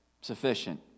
Sufficient